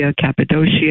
Cappadocia